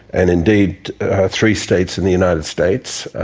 and indeed three states in the united states,